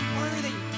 worthy